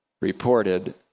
reported